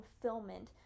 fulfillment